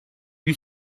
yüz